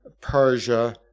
Persia